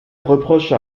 reproche